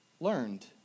learned